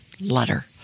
letter